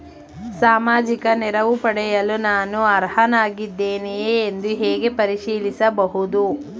ಸಾಮಾಜಿಕ ನೆರವು ಪಡೆಯಲು ನಾನು ಅರ್ಹನಾಗಿದ್ದೇನೆಯೇ ಎಂದು ಹೇಗೆ ಪರಿಶೀಲಿಸಬಹುದು?